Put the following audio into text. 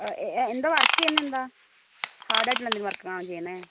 A എ എന്താ work ചെയ്യുന്നതെന്താണ് ഹാർഡായിട്ടുള്ള എന്തേലും വർക്ക് ആണോ ചെയ്യണത്